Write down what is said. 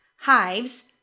hives